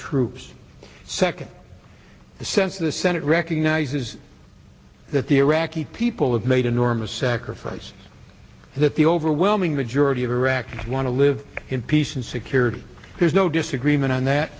troops second the sense the senate recognizes that the iraqi people have made enormous sacrifice that the overwhelming majority of iraqis want to live in peace and security there's no disagreement and that